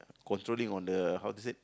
controlling on the how to say